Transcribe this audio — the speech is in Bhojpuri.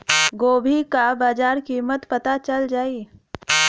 गोभी का बाजार कीमत पता चल जाई?